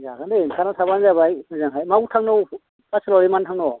जागोन दे ओंखारना थाबानो जाबाय हजोंहाय मायाव थांनांगौ पाठसालायावलाय मानो थांन'